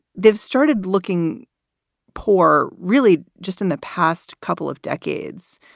they've started looking poor. really just in the past couple of decades.